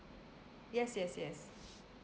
yes yes yes